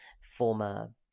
former